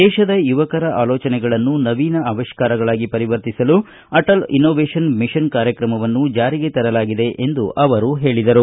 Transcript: ದೇಶದ ಯುವಕರಲ್ಲಿ ಜನಿಸುವ ಆಲೋಚನೆಗಳನ್ನು ನವೀನ ಆವಿಷ್ಠಾರಗಳಾಗಿ ಪರಿವರ್ತಿಸಲು ಅಟಲ್ ಇನೋವೇಶನ್ ಮಿಷನ್ ಕಾರ್ಯಕ್ರಮವನ್ನು ಜಾರಿಗೆ ತರಲಾಗಿದೆ ಎಂದು ಅವರು ಹೇಳಿದರು